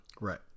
Right